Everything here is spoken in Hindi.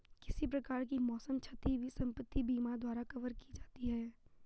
किसी प्रकार की मौसम क्षति भी संपत्ति बीमा द्वारा कवर की जाती है